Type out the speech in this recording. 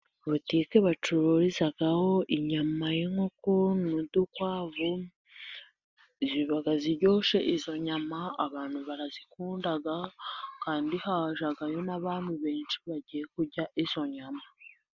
Butike bacururizaho inyama y'inkoko n'udukwavu, ziba ziryoshye izo nyama, abantu barazikunda kandi hajyayo n'abandi benshi bagiye kurya izo nyama.